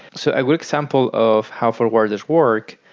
so a good example of how forward is worked,